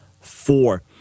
four